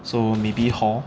so maybe hall